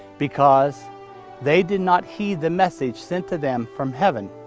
because they did not heed the message sent to them from heaven.